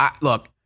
look